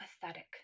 pathetic